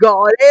God